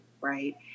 right